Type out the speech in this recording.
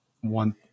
one